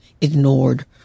ignored